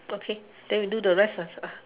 okay then we do the rest ah